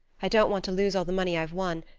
i don't want to lose all the money i've won,